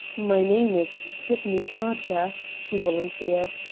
my name is sydney carter, he volunteered.